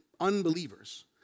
unbelievers